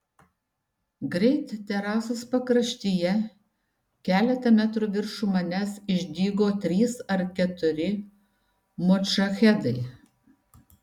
greit terasos pakraštyje keletą metrų viršum manęs išdygo trys ar keturi modžahedai